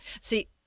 See